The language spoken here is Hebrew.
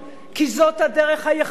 כי זאת הדרך היחידה,